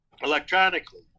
electronically